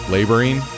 Laboring